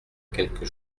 quelque